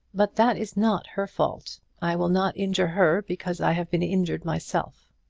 but that is not her fault i will not injure her because i have been injured myself.